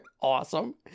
Awesome